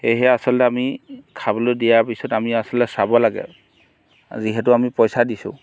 সেয়েহে আচলতে আমি খাবলৈ দিয়াৰ পাছত আমি আচলে চাব লাগে যিহেতু আমি পইচা দিছোঁ